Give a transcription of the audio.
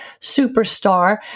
superstar